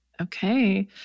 Okay